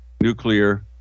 nuclear